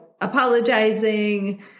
apologizing